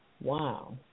Wow